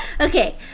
Okay